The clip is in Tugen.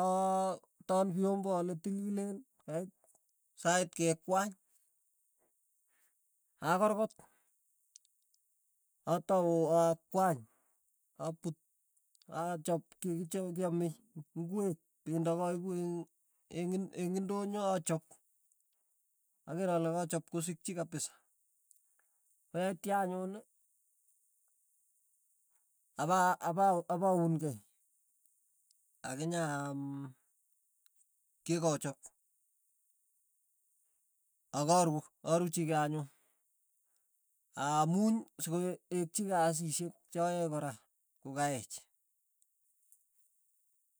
ataan vyombo ale tililen, yait sait kekwany akorkot atau akwany, achap kiy chi kiame, ingwek pendo koipu eng' eng' eng' indonyo achap, akeere ale kochop kosikchi kapisa, tetya anyun apa apa apaun kei akinya aam kei kochop, akaru, aruchikei anyun, aamuny sikoetkchi kasit cho yoe kora kokaeech.